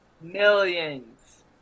millions